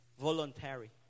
voluntary